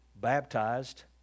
baptized